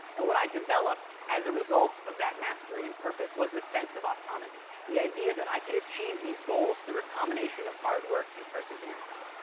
and what i developed as a result of that mastery and purpose was the sense of autonomy, the idea that i could achieve these goals through a combination of hard work and perseverance.